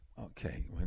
Okay